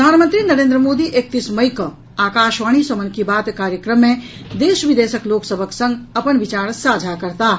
प्रधानमंत्री नरेन्द्र मोदी एकतीस मई कऽ आकाशवाणी सँ मन की बात कार्यक्रम मे देश विदेशक लोक सभक संग अपन विचार साझा करताह